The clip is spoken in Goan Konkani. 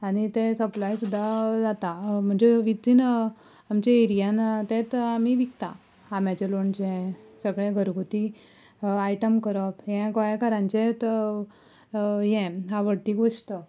आनी तें सपलाय सुद्दां जाता म्हणचे विथीन आमचे एरियांत थंयच आमी विकता आंब्याचें लोणचें सगळें घरगुती आयटम करप हें गोंयाकारांचें हें आवडटी घोष्ट